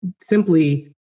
simply